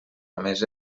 només